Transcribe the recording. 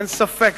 אין ספק,